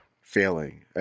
failing